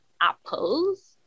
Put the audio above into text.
apples